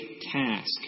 task